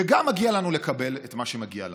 וגם מגיע לנו לקבל את מה שמגיע לנו.